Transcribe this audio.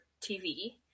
TV